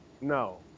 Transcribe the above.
no